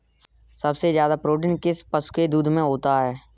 सबसे ज्यादा प्रोटीन किस पशु के दूध में होता है?